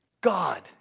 God